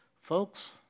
Folks